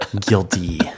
guilty